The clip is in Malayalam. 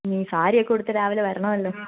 ഈ സാരി ഒക്കെ ഉടുത്ത് രാവിലെ വരണമല്ലോ